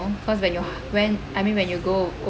cause when you h~ when I mean when you go go